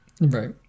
Right